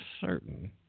certain